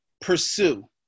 pursue